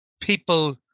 people